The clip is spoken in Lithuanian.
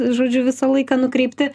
žodžiu visą laiką nukreipti